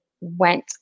went